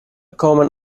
common